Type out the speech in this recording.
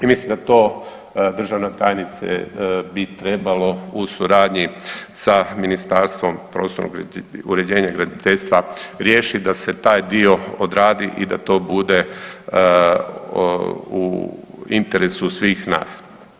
I mislim da to državna tajnice bi trebalo u suradnji sa Ministarstvom prostornog uređenja i graditeljstva riješit da se taj dio odradi i da to bude u interesu svih nas.